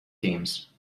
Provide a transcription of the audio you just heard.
teams